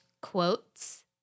quotes